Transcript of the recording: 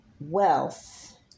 wealth